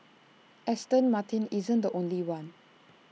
Aston Martin isn't the only one